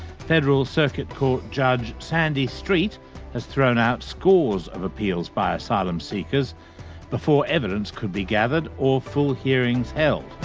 federal circuit court judge sandy street has thrown out scores of appeals by asylum seekers before evidence could be gathered or full hearings held,